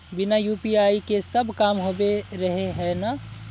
बिना यु.पी.आई के सब काम होबे रहे है ना?